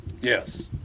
Yes